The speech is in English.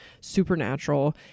supernatural